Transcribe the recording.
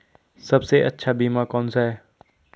सबसे अच्छा बीमा कौनसा है?